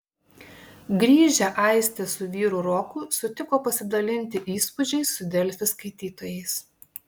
grįžę aistė su vyru roku sutiko pasidalinti įspūdžiais su delfi skaitytojais